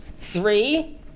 three